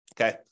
Okay